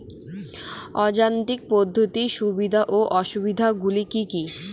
অযান্ত্রিক পদ্ধতির সুবিধা ও অসুবিধা গুলি কি কি?